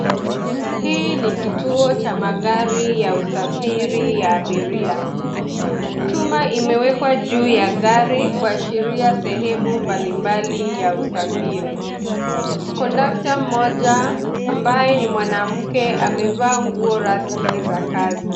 Hii ni kituo cha magari ya usafiri ya abiria. Chuma imewekwa juu ya gari kuashiria sehemu mbalimbali ya usafiri. Kondukta mmoja ambaye ni mwanamke amevaa nguo rasmi za kazi.